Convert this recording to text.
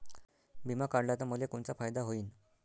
बिमा काढला त मले कोनचा फायदा होईन?